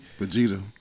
Vegeta